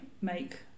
make